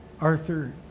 Arthur